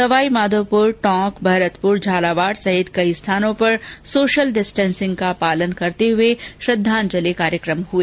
सवाई माधोपुर भरतपुर झालावाड़ और टोंक सहित कई स्थानों पर सोशल डिस्टेंसिंग का पालन करते हुए श्रद्वांजलि कार्यक्रम हुए